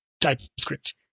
TypeScript